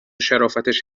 شرافتش